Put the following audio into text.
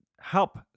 help